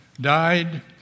died